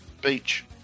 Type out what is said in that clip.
beach